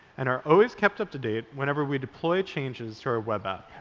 and are always kept up to date whenever we deploy changes to our web app.